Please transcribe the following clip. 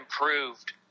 improved